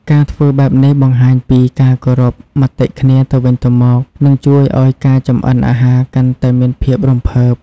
ការធ្វើបែបនេះបង្ហាញពី ការគោរពមតិគ្នាទៅវិញទៅមក និងជួយឱ្យការចម្អិនអាហារកាន់តែមានភាពរំភើប ។